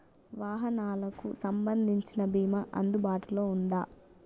వాహనాలకు సంబంధించిన బీమా అందుబాటులో ఉందా?